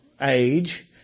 age